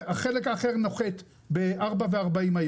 החלק האחר ינחת היום ב-16:40.